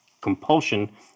compulsion